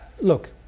look